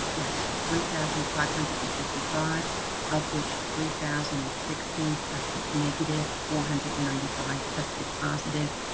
yes, three thousand five hundred and fifty five of which three thousand and sixty tested negative four hundred and ninety five tested positive.